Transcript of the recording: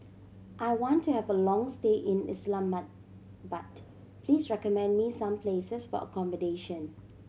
I want to have a long stay in Islamabad please recommend me some places for accommodation